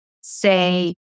say